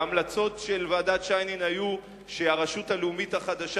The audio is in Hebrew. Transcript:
ההמלצות של ועדת-שיינין היו שהרשות הלאומית החדשה